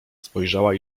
spojrzała